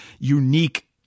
unique